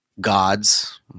gods